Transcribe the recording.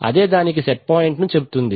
అదే దానికి set point ను చెప్తుంది